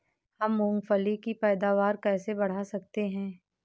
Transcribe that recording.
हम मूंगफली की पैदावार कैसे बढ़ा सकते हैं?